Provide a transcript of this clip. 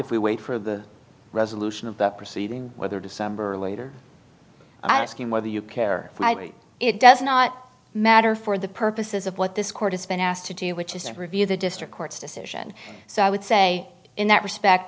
if we wait for the resolution of that proceeding whether december or later i ask you whether you care it does not matter for the purposes of what this court has been asked to do which is to review the district court's decision so i would say in that respect